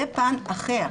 זה פן אחר.